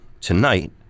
tonight